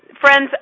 friends